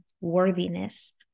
worthiness